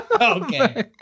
Okay